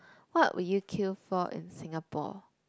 what would you queue for in Singapore